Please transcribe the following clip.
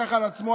שלקח על עצמו,